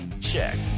Check